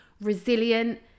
resilient